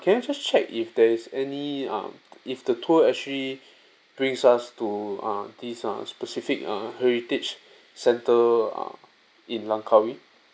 can I just check if there is any um if the tour actually brings us to uh these uh specific uh heritage center uh in langkawi